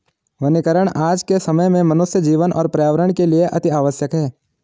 वनीकरण आज के समय में मनुष्य जीवन और पर्यावरण के लिए अतिआवश्यक है